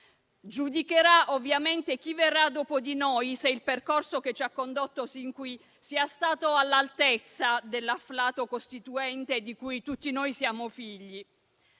Giudicherà ovviamente chi verrà dopo di noi se il percorso che ci ha condotto sin qui sia stato all'altezza dell'afflato costituente di cui tutti noi siamo figli.